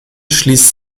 schließt